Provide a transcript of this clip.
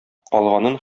калганын